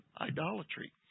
idolatry